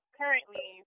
currently